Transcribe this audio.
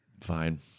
fine